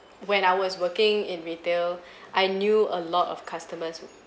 when I was working in retail I knew a lot of customers who